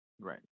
Right